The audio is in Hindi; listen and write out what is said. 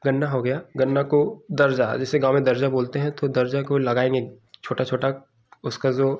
गन्ना हो गया गन्ना को दर्जा जैसे गाँव में दर्जा बोलते हैं तो दर्जा को लगाएँगे छोटा छोटा उसका जो